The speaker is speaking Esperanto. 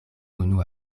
unu